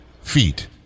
feet